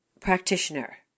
practitioner